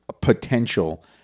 potential